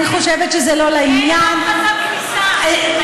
אין שום חסם כניסה.